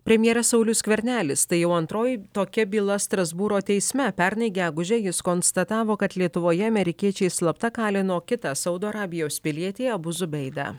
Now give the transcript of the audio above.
premjeras saulius skvernelis tai jau antroji tokia byla strasbūro teisme pernai gegužę jis konstatavo kad lietuvoje amerikiečiai slapta kalino kitą saudo arabijos pilietį abuzu beidą